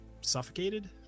suffocated